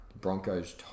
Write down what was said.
Broncos